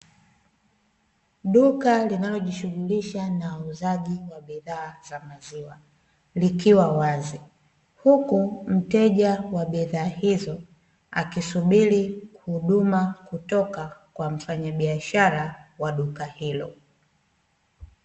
Duka linalojishughulisha na uuzaji wa bidhaa za maziwa likiwa wazi, huku mteja wa bidhaa hizo akisubiri huduma kutoka kwa mfanyabiashara wa duka hilo.